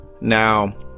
now